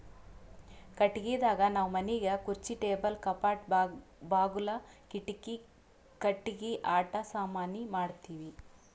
ಕಟ್ಟಿಗಿದಾಗ್ ನಾವ್ ಮನಿಗ್ ಖುರ್ಚಿ ಟೇಬಲ್ ಕಪಾಟ್ ಬಾಗುಲ್ ಕಿಡಿಕಿ ಕಟ್ಟಿಗಿ ಆಟ ಸಾಮಾನಿ ಮಾಡ್ತೀವಿ